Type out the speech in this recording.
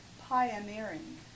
Pioneering